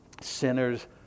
sinners